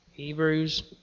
Hebrews